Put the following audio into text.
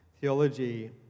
theology